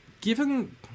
Given